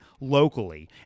locally